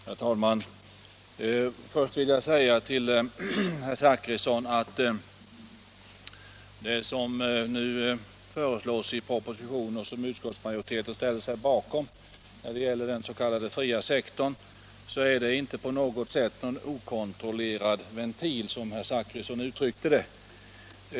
Herr talman! Först vill jag säga till herr Zachrisson att det som nu föreslås i propositionen och som utskottsmajoriteten ställer sig bakom när det gäller den s.k. fria sektorn inte på något sätt är en okontrollerad ventil, som herr Zachrisson uttryckte det.